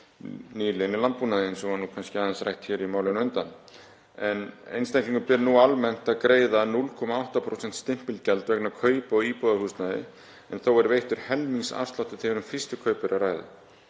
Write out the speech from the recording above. nýliðun í landbúnaði á eftir, eins og var kannski aðeins rætt í málinu á undan. Einstaklingum ber nú almennt að greiða 0,8% stimpilgjald vegna kaupa á íbúðarhúsnæði en þó er veittur helmingsafsláttur þegar um fyrstu kaup er að ræða.